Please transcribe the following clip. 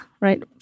right